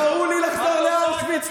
קראו לי לחזור לאושוויץ.